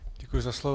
Děkuji za slovo.